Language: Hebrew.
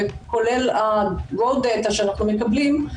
כולל --- שאנחנו מקבלים.